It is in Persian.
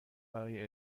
برای